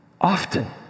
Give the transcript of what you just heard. often